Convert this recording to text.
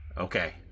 Okay